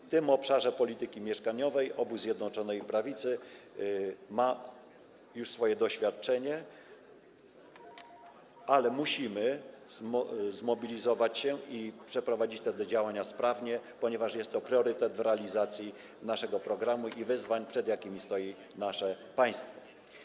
W tym obszarze polityki mieszkaniowej obóz Zjednoczonej Prawicy ma już doświadczenie, ale musimy się zmobilizować i sprawnie przeprowadzić te działania, ponieważ jest to priorytet w zakresie realizacji naszego programu i wyzwań, przed jakimi stoi nasze państwo.